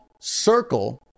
circle